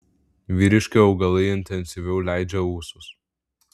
vyriški augalai intensyviau leidžia ūsus